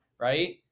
right